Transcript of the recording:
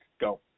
go